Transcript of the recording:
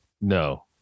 No